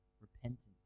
repentance